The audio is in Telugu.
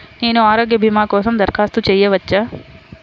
నేను ఆరోగ్య భీమా కోసం దరఖాస్తు చేయవచ్చా?